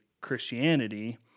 Christianity